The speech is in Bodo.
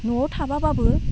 न'आव थाब्लाबो